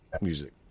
music